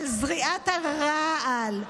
של זריית הרעל,